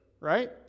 right